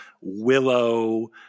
Willow